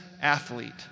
athlete